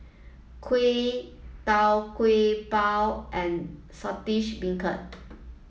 Kuih Tau Kwa Pau and Saltish Beancurd